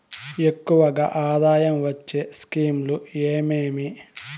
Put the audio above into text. ఎక్కువగా ఆదాయం వచ్చే స్కీమ్ లు ఏమేమీ?